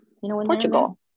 Portugal